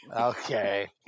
okay